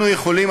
אנחנו יכולים,